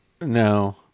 No